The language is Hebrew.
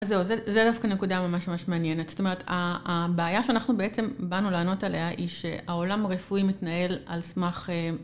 זהו, זה דווקא נקודה ממש ממש מעניינת, זאת אומרת הבעיה שאנחנו בעצם באנו לענות עליה היא שהעולם הרפואי מתנהל על סמך